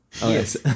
Yes